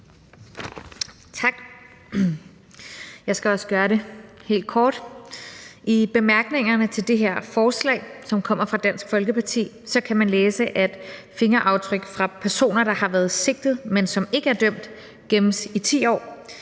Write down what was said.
Tak. Jeg skal også gøre det helt kort. I bemærkningerne til det her forslag, som kommer fra Dansk Folkeparti, kan man læse, at fingeraftryk fra personer, der har været sigtet, men som ikke er dømt, gemmes i 10 år.